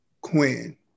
Quinn